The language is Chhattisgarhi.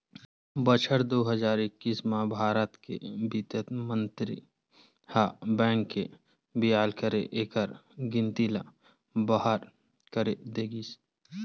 बछर दू हजार एक्कीस म भारत के बित्त मंतरी ह बेंक के बिलय करके एखर गिनती ल बारह कर दे गिस